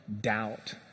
doubt